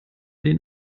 den